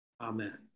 Amen